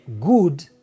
good